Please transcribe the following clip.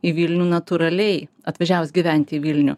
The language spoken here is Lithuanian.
į vilnių natūraliai atvažiavus gyventi į vilnių